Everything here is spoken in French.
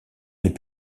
est